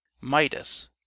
midas